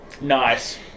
Nice